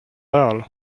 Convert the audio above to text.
ajal